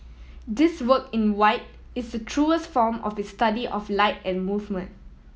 this work in white is truest form of his study of light and movement